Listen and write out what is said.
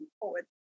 forward